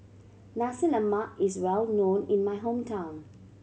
Nasi Lemak is well known in my hometown